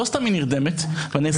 לא סתם היא נרדמת, ואני אסביר גם למה.